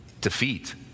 defeat